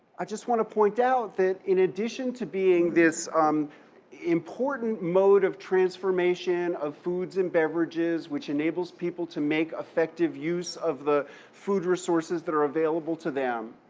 i just want to point out that in addition to being this important mode of transformation of foods and beverages which enables people to make effective use of the food resources that are available to them,